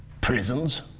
prisons